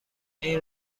این